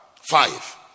Five